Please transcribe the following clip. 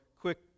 quick